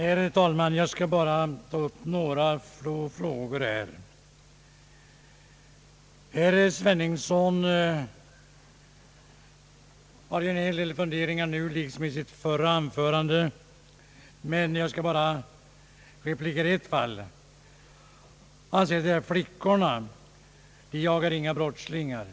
Herr talman! Jag skall bara ta upp ett par frågor. Herr Sveningsson hade en hel del funderingar i sitt senaste anförande liksom i det tidigare, men jag skall bara ta upp ett fall. Herr Sveningsson säger att flickorna vid skrivmaskinerna inte jagar några brottslingar.